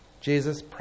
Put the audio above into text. Jesus